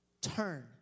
turn